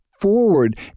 forward